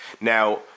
Now